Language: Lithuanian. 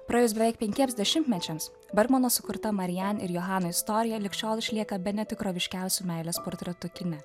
praėjus beveik penkiems dešimtmečiams bermano sukurta marijan ir johan istorija lig šiol išlieka bene tikroviškiausiai meilės portretu kine